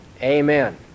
Amen